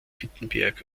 wittenberg